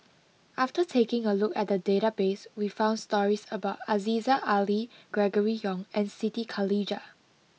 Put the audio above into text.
after taking a look at the database we found stories about Aziza Ali Gregory Yong and Siti Khalijah